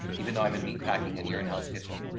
even though i'm in meat packing and you're in hell's kitchen.